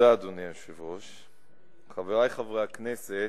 אדוני היושב-ראש, תודה, חברי חברי הכנסת,